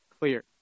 clear